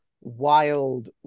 wild